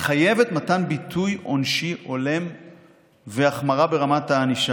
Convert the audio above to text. מחייבת מתן ביטוי עונשי הולם והחמרה ברמת הענישה.